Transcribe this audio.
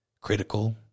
critical